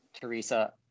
Teresa